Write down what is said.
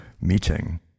meeting